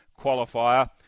Qualifier